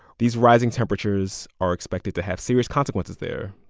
these rising temperatures are expected to have serious consequences there,